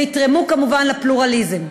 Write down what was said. ויתרמו כמובן לפלורליזם.